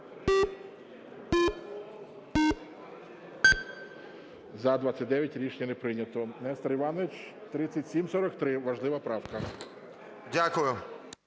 За-29 Рішення не прийнято. Нестор Іванович, 3743, важлива правка.